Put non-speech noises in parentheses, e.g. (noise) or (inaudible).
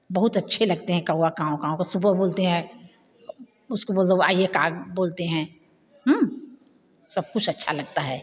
बहुत अच्छे लगते हैं कौआ काँउ काँउ वह सुबह बोलते हैं उसको (unintelligible) काग बोलते हैं सब कुछ अच्छा लगता है